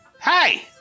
Hey